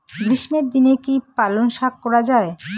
গ্রীষ্মের দিনে কি পালন শাখ করা য়ায়?